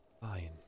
Fine